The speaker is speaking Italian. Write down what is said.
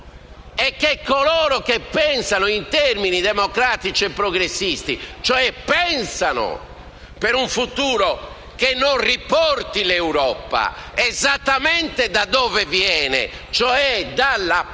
è che coloro che pensano in termini democratici e progressisti - cioè coloro che pensano ad un futuro che non riporti l'Europa esattamente da dove viene, ovvero dalla